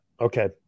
Okay